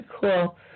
cool